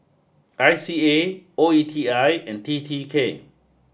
I C A O E T I and T T K